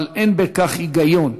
אבל אין בכך היגיון,